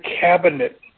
cabinet